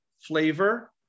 flavor